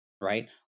Right